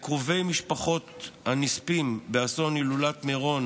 לקרובי משפחות הנספים באסון הילולת מירון